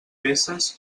peces